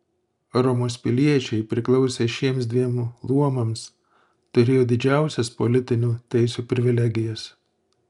romos piliečiai priklausę šiems dviem luomams turėjo didžiausias politiniu teisių privilegijas